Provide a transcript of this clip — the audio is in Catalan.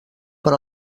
per